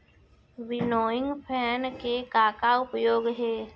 Winnowing fan के का का उपयोग हे?